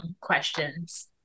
questions